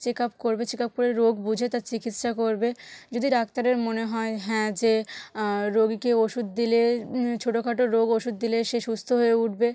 check up করবে check up করে রোগ বুঝে তার চিকিৎসা করবে যদি ডাক্তারের মনে হয় হ্যাঁ যে রোগীকে ওষুধ দিলে ছোটখাটো রোগ ওষুধ দিলে সে সুস্থ হয়ে উঠবে